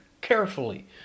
carefully